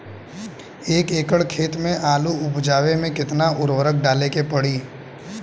एक एकड़ खेत मे आलू उपजावे मे केतना उर्वरक डाले के पड़ी?